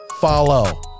Follow